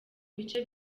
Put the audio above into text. bice